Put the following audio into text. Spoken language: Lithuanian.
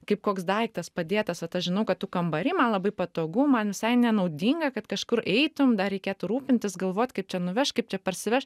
kaip koks daiktas padėtas vat aš žinau kad tu kambary man labai patogu man visai nenaudinga kad kažkur eitumi dar reikėtų rūpintis galvot kaip čia nuvešt kaip čia parsivešt